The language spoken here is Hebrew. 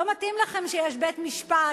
לא מתאים לכם שיש בית-משפט